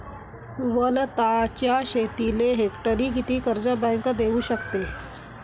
वलताच्या शेतीले हेक्टरी किती कर्ज बँक देऊ शकते?